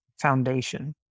foundation